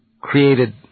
created